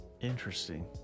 Interesting